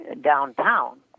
downtown